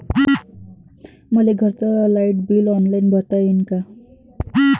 मले घरचं light bill online भरता येईन का?